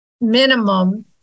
minimum